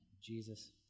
Jesus